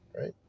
right